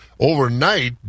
Overnight